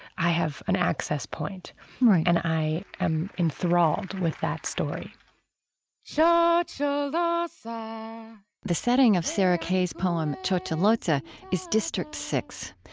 i have an access point and i am enthralled with that story so the so the setting of sarah kay's poem tshotsholoza is district six.